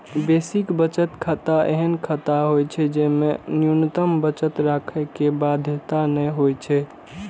basic बचत खाता एहन खाता होइ छै, जेमे न्यूनतम बचत राखै के बाध्यता नै होइ छै